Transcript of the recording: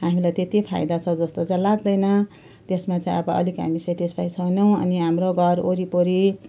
हामीलाई त्यत्ति फाइदा छ जस्तो चाहिँ लाग्दैन त्यसमा चाहिँ अब अलिक हामी सेटिसफाइ छैनौँ अनि हाम्रो घर वरिपरि